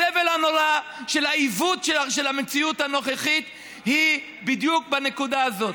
הסבל הנורא שבעיוות של המציאות הנוכחית הוא בדיוק בנקודה הזאת.